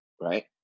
right